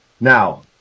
now